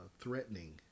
threatening